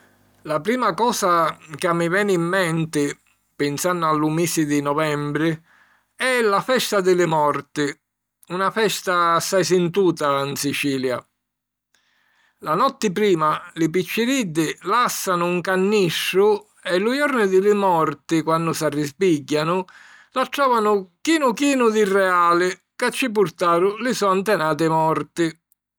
La prima cosa ca mi veni in menti, pinsannu a lu misi di Novembri, è la Festa di li Morti, una festa assai sintuta in Sicilia. La notti prima li picciriddi làssanu un cannistru e lu jornu di li Morti, quannu s'arrisbìgghianu, l'attròvanu chinu chinu di regali ca ci purtaru li so' antenati morti.